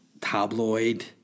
tabloid